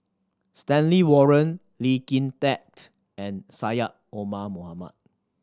Stanley Warren Lee Kin Tat and Syed Omar Mohamed